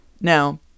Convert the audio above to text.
Now